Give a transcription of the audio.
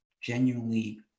genuinely